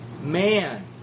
man